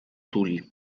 tuli